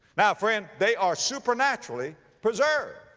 now friend, they are supernaturally preserved.